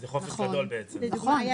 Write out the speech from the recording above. לדוגמה,